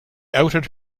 outed